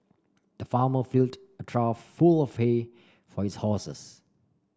the farmer filled a trough full hay for his horses